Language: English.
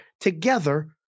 together